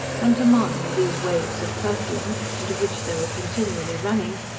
and to mahony these waves of perfume, into which they were continually running,